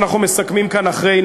אנחנו מסכמים כאן אחרי,